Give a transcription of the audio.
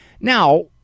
Now